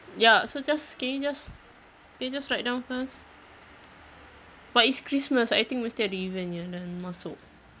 ya so just can you just can you just write down first but it's christmas I think mesti ada event nya yang masuk